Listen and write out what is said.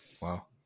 Wow